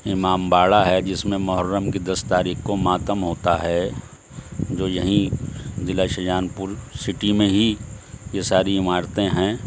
امام باڑہ ہے جس میں محرم کی دس تاریخ کو ماتم ہوتا ہے جو یہیں ضلع شاہجہان پور سٹی میں ہی یہ ساری عمارتیں ہیں